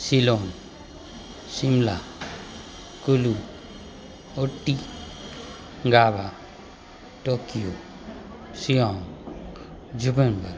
Ceylon Shimla Kullu Ooty गावा Tokyo सिआँग Johannesburg